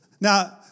Now